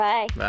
Bye